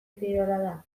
kirola